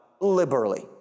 liberally